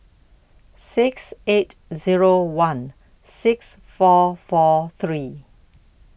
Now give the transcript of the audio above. six eight Zero one six four four three